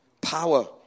power